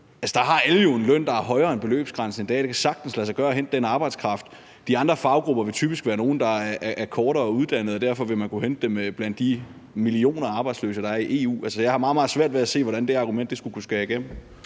– får alle jo en løn, der er højere end beløbsgrænsen i dag. Det kan sagtens lade sig gøre at hente den arbejdskraft. De andre faggrupper vil typisk være nogle, der er kortere uddannet, og derfor vil man kunne hente dem blandt de millioner af arbejdsløse, der er i EU. Jeg har meget, meget svært ved at se, hvordan det argument skulle kunne bære igennem.